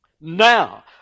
Now